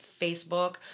Facebook